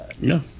No